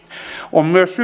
on